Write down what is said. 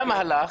למה הלך?